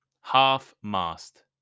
Half-mast